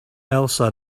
elsa